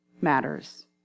matters